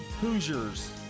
Hoosiers